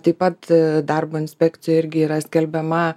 taip pat darbo inspekcija irgi yra skelbiama